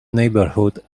neighborhood